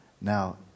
Now